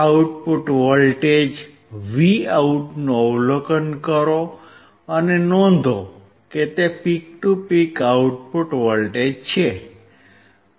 output voltage Vout નું અવલોકન કરો અને નોંધ કરો કે તે peak to peak output voltage છે